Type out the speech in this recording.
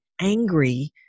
angry